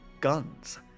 Guns